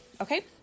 okay